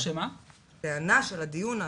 הטענה של הדיון,